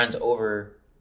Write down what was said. over